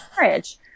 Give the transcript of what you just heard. marriage